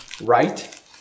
right